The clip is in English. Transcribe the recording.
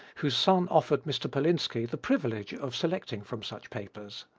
whose son offered mr. polinski the privilege of selecting from such papers.